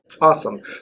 Awesome